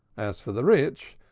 as for the rich,